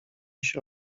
się